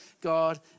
God